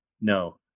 No